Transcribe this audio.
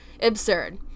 absurd